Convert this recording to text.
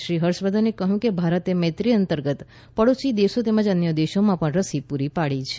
શ્રી હર્ષ વર્ધને કહ્યું કે ભારતે મૈત્રી અંતર્ગત પડોશી દેશો તેમજ અન્ય દેશોમાં પણ રસી પૂરી પાડી છે